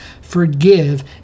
forgive